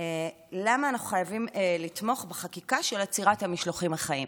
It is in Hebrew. למה אנחנו חייבים לתמוך בחקיקה של עצירת המשלוחים החיים.